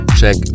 check